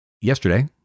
yesterday